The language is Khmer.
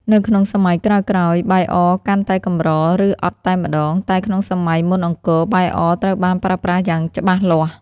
នៅក្នុងសម័យក្រោយៗ បាយអរកាន់តែកម្រ ឬអត់តែម្តង តែក្នុងសម័យមុនអង្គរ បាយអរត្រូវបានប្រើប្រាស់យ៉ាងច្បាស់លាស់។